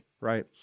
right